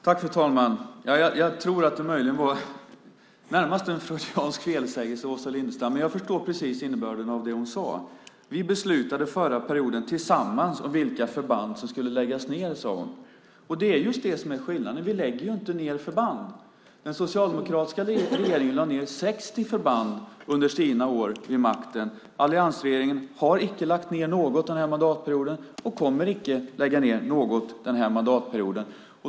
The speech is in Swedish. Fru talman! Jag tror att det närmast var en freudiansk felsägning av Åsa Lindestam. Jag förstår dock innebörden av det hon sade. Vi beslutade under den förra mandatperioden tillsammans om vilka förband som skulle läggas ned, sade Åsa Lindestam. Det är just det som är skillnaden mellan oss. Vi lägger inte ned några förband. Den socialdemokratiska regeringen lade ned 60 förband under sina år vid makten. Alliansregeringen har icke och kommer icke att lägga ned något förband den här mandatperioden.